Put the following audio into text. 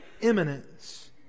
imminence